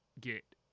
get